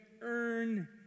earn